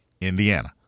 Indiana